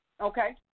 Okay